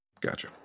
Gotcha